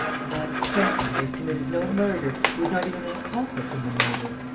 a lad of twenty, who has committed no murder, who is not even an accomplice in the murder.